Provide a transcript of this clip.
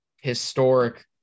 historic